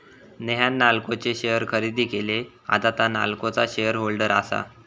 नेहान नाल्को चे शेअर खरेदी केले, आता तां नाल्कोचा शेअर होल्डर आसा